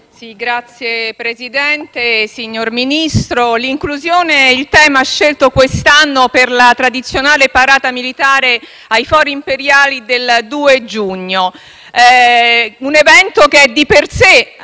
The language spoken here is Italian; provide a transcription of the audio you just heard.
Signor Presidente, signor Ministro, l'inclusione è il tema scelto quest'anno per la tradizionale parata militare ai Fori imperiali del 2 giugno. Un evento che di per sé